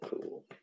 cool